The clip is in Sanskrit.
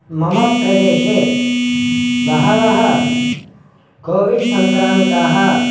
मम प्रदेशे बहवः कोविड्सङ्क्रामिताः